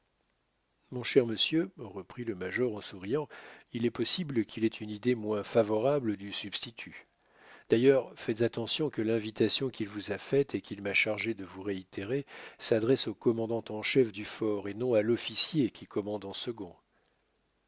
mon cher monsieur reprit le major en souriant il est possible qu'il ait une idée moins favorable du substitut d'ailleurs faites attention que l'invitation qu'il vous a faite et qu'il m'a chargé de vous réitérer s'adresse au commandant en chef du fort et non à l'officier qui commande en second